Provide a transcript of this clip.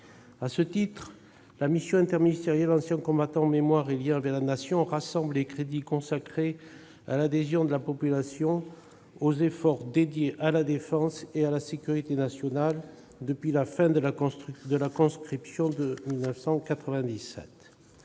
ses armées. La mission interministérielle « Anciens combattants, mémoire et liens avec la Nation » rassemble les crédits consacrés à l'adhésion de la population aux efforts en faveur de la défense et de la sécurité nationales, depuis la fin de la conscription en 1997.